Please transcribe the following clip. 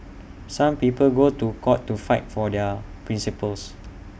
some people go to court to fight for their principles